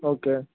okay